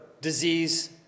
disease